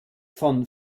von